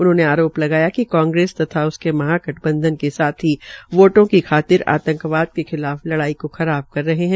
उन्होंने आरोप लगाया कि कांग्रेस तथा उसके महागंठबंधन के साथी वोटों की खातिर आतंकवाद के खिलाफ लड़ाई को खराब कर रहा है